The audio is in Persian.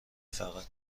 فقط